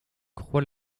croix